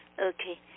Okay